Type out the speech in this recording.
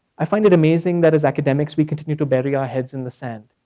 i find it amazing that as academics, we continue to bury our heads in the sand.